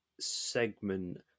segment